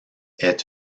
est